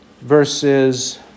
verses